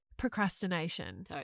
Procrastination